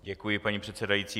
Děkuji, paní předsedající.